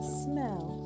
smell